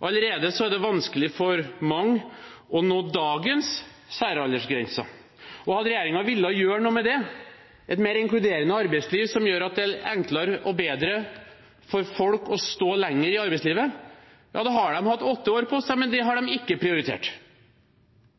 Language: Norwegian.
Allerede er det vanskelig for mange å nå dagens særaldersgrenser. Hadde regjeringen villet gjøre noe med det – et mer inkluderende arbeidsliv som gjør at det er enklere og bedre for folk å stå lenger i arbeidslivet –har de hatt åtte år på seg, men det har de ikke prioritert.